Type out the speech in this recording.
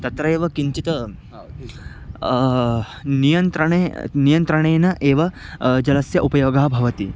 तत्रैव किञ्चित् नियन्त्रणेन नियन्त्रणेन एव जलस्य उपयोगः भवति